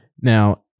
now